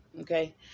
Okay